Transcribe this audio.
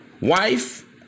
wife